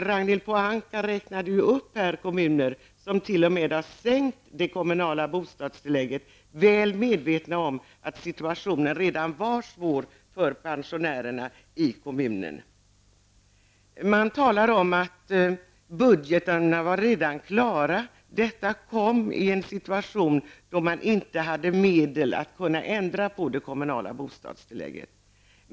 Ragnhild Pohanka räknade upp kommuner som t.o.m. har sänkt det kommunala bostadstillägget, väl medvetna om att situationen redan då var svår för pensionärerna i kommunen. Det talas om att budgetarna redan var klara. Detta skulle ha kommit i en situation, där man inte hade medel för att ändra det kommunala bostadstillägget.